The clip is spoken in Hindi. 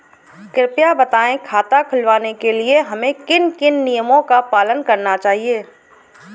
कृपया बताएँ खाता खुलवाने के लिए हमें किन किन नियमों का पालन करना चाहिए?